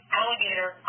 alligator